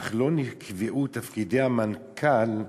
אך לא נקבעו תפקידי המנכ"ל,